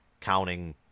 counting